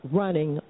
running